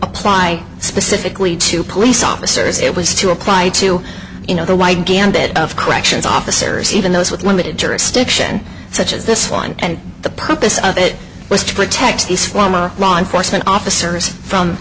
apply specifically to police officers it was to apply to you know the white gambit of corrections officers even those with limited jurisdiction such as this one and the purpose of it was to protect these former law enforcement officers from